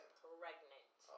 pregnant